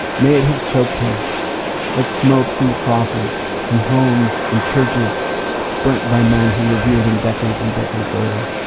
may it have choked him like smoke from the crosses in homes and churches burnt by men who revered him decades and decades later.